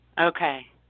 Okay